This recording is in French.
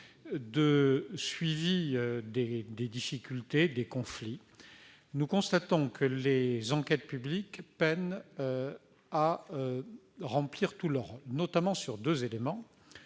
de suivi des difficultés et des conflits, nous constatons que les enquêtes publiques peinent à remplir tout leur rôle, notamment sur deux points.